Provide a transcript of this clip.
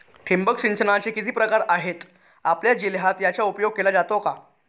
ठिबक सिंचनाचे किती प्रकार आहेत? आपल्या जिल्ह्यात याचा उपयोग केला जातो का?